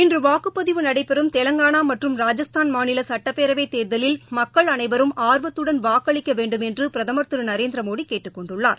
இன்று வாக்குப்பதிவு நடைபெறும் தெலங்காளா மற்றும் ராஜஸ்தான் மாநில சட்டப்பேரவைத் தேர்தலில் மக்கள் அனைவரும் ஆர்வத்துடன் வாக்களிக்க வேண்டும் என்று பிரதமர் திரு நரேந்திரமோடி கேட்டுக் கொண்டுள்ளார்